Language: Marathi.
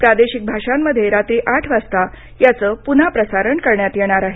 प्रादेशिक भाषांमध्ये रात्री आठ वाजता याचं पुन्हा प्रसारण करण्यात येणार आहे